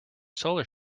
solar